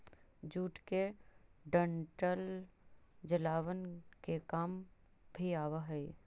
jute के डंठल जलावन के काम भी आवऽ हइ